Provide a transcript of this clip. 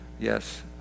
Yes